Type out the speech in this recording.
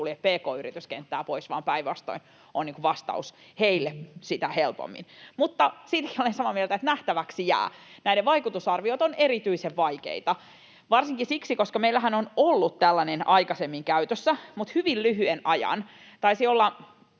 sulje pk-yrityskenttää pois, vaan päinvastoin on vastaus heille sitä helpommin. Mutta siitäkin olen samaa mieltä, että nähtäväksi jää. Näiden vaikutusarviot ovat erityisen vaikeita, varsinkin siksi, että meillähän on ollut tällainen aikaisemmin käytössä, mutta hyvin lyhyen ajan. Taisi olla